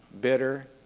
bitter